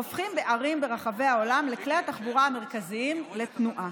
הופכים בערים ברחבי העולם לכלי התחבורה המרכזיים לתנועה.